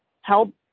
help